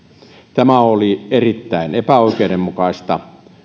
tämä oli erittäin epäoikeudenmukaista